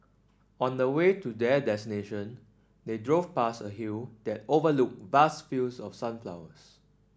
on the way to their they drove past a hill that overlooked vast fields of sunflowers